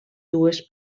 dues